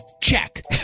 check